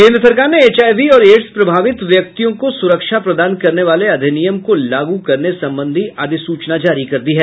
केंद्र सरकार ने एचआईवी और एड्स प्रभावितों व्यक्तियों को सुरक्षा प्रदान करने वाले अधिनियम को लागू करने संबंधी अधिसूचना जारी कर दी है